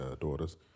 daughters